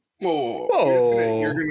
Whoa